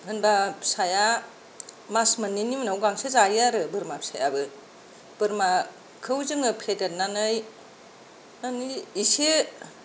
होनब्ला फिसाया मास मोननैनि उनाव गांसो जायो आरो बोरमा फिसायाबो बोरमाखौ जोङो फेदेरनानै माने एसे